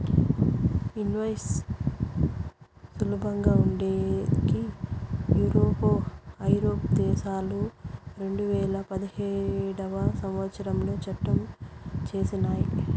invoice సులభంగా ఉండేకి ఐరోపా దేశాలు రెండువేల పదిహేడవ సంవచ్చరంలో చట్టం చేసినయ్